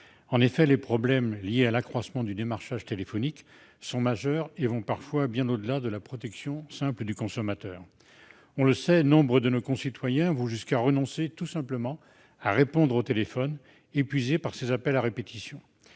En effet, les problèmes liés à l'accroissement du démarchage téléphonique sont majeurs et vont parfois bien au-delà de la simple protection du consommateur. Nous savons que nombre de nos concitoyens renoncent à répondre au téléphone, épuisés par ces appels à répétition.